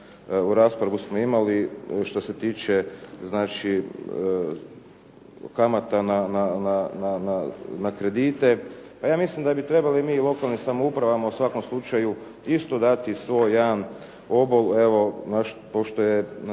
raspravu smo imali što se tiče znači kamata na kredite. Pa ja mislim da bi trebali mi u lokalnim samoupravama u svakom slučaju isto dati svoj jedan obol, evo pošto je